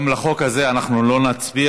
גם על החוק הזה אנחנו לא נצביע.